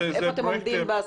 איפה אתם עומדים?